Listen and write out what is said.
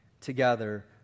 together